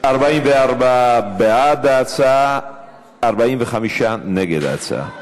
44 בעד ההצעה, 45 נגד ההצעה.